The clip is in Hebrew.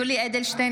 (קוראת בשמות חברי הכנסת) יולי יואל אדלשטיין,